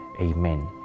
Amen